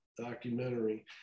documentary